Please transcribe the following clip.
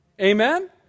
amen